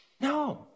No